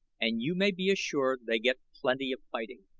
and you may be assured they get plenty of fighting.